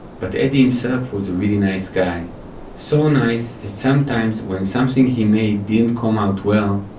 but eddie himself was a really nice guy so nice sometimes, when something he made didn't come out well,